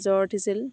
জ্বৰ উঠিছিল